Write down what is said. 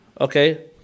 Okay